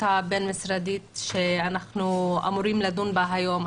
הבין-משרדית שאנחנו אמורים לדון בה היום.